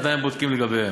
עדיין בודקים לגביהם.